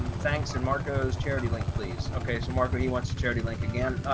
um thanks and marcos charity link please. okay, so marco, he wants to charity link again.